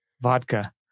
vodka